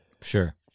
Sure